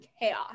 chaos